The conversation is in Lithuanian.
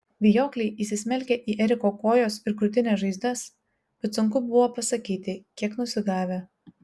vijokliai įsismelkę į eriko kojos ir krūtinės žaizdas bet sunku buvo pasakyti kiek nusigavę